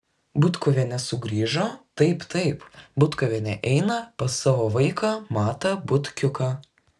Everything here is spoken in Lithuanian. butkuvienė sugrįžo taip taip butkuvienė eina pas savo vaiką matą butkiuką